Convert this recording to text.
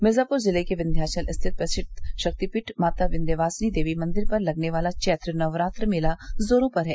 मिर्जाप्र जिले के विन्ध्याचल स्थित प्रसिद्व शक्तिपीठ माता विन्ध्यवासिनी देवी मंदिर पर लगने वाला चैत्र नवरात्र मेला जोरो पर है